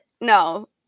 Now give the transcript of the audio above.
No